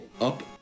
up